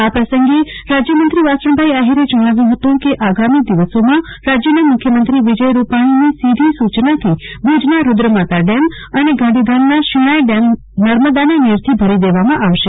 આ પ્રસંગે રાજયમંત્રી વાસણભાઈ આફીરે જણાવ્યુ હતું કે આગામી દિવસોમાં રાજયના મુખ્યમંત્રી વિજય રૂપાણીની સીધી સુચનાથી ભુજ રૂદ્રમાતા ડેમ અને ગાંધીધામનો શિણાય જેમ નર્મદાના નીરથી ભરી દેવામાં આવશે